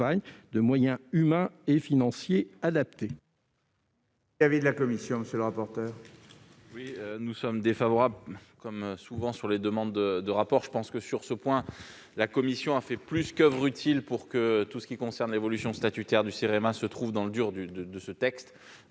de moyens humains et financiers adaptés.